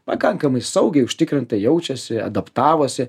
pakankamai saugiai užtikrintai jaučiasi adaptavosi